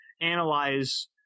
analyze